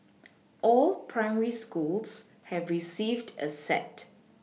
all primary schools have received a set